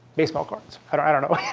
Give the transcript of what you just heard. baseball cards. i don't i don't know, yeah